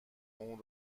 اون